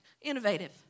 innovative